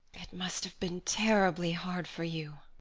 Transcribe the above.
it must have been terribly hard for you.